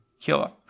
Killer